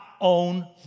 own